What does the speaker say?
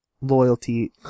loyalty